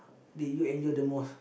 did you enjoy the most